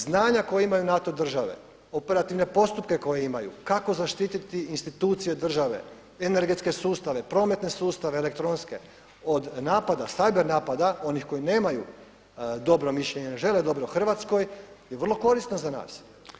Znanja koja imaju NATO države, operativne postupke koje imaju, kako zaštititi institucije države, energetske sustave, prometne sustave, elektronske od napada, cyber napada onih koji nemaju dobro mišljenje, ne žele dobro Hrvatskoj je vrlo korisno za nas.